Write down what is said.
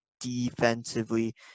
defensively